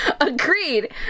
agreed